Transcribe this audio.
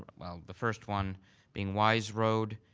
well the first one being wise road.